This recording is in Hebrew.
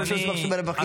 איפה יש רווחים כלואים.